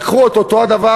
לקחו את אותו הדבר.